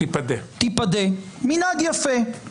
מנהג יפה.